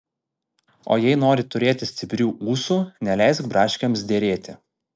o jei nori turėti stiprių ūsų neleisk braškėms derėti